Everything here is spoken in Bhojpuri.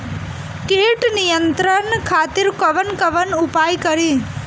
कीट नियंत्रण खातिर कवन कवन उपाय करी?